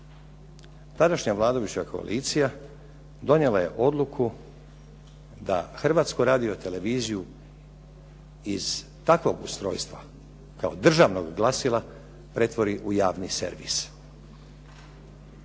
Tadašnja vladajuća koalicija donijela je odluku da Hrvatsku radioteleviziju iz takvog ustrojstva, kao državnog glasila, pretvori u javni servis.